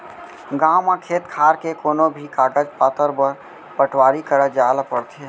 गॉंव म खेत खार के कोनों भी कागज पातर बर पटवारी करा जाए ल परथे